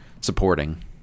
supporting